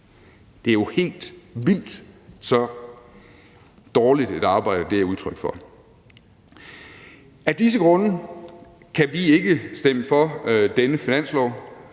Det er jo helt vildt så dårligt et arbejde, det er udtryk for. Af disse grunde kan vi ikke stemme for denne finanslov.